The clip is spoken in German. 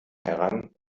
heran